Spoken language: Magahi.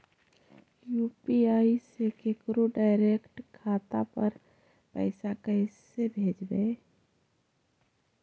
यु.पी.आई से केकरो डैरेकट खाता पर पैसा कैसे भेजबै?